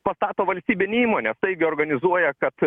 pastato valstybinę įmonę staiga organizuoja kad